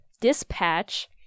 Dispatch